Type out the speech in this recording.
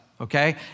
Okay